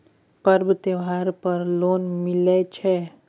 पर्व त्योहार पर लोन मिले छै?